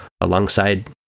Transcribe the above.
alongside